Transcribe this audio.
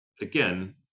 again